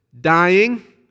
Dying